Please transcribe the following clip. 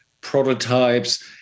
prototypes